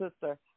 sister